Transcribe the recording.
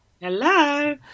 Hello